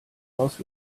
most